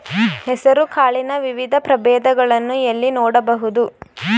ಹೆಸರು ಕಾಳಿನ ವಿವಿಧ ಪ್ರಭೇದಗಳನ್ನು ಎಲ್ಲಿ ನೋಡಬಹುದು?